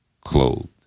clothed